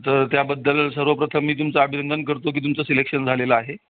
तर त्याबद्दल सर्वप्रथम मी तुमचा अभिनंदन करतो की तुमचं सिलेक्शन झालेलं आहे